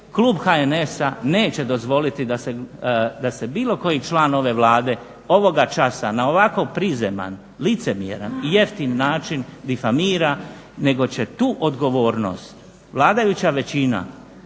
Klub HNS-a neće dozvoliti da se bilo koji član ove Vlade ovoga časa na ovako prizeman, licemjeran i jeftin način difamira nego će tu odgovornost vladajuća većina